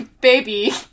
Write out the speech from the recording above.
baby